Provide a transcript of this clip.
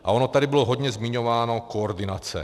A ona tady bylo hodně zmiňována koordinace.